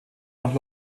nach